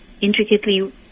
intricately